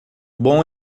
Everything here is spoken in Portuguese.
bom